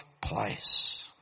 place